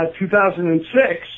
2006